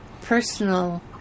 personal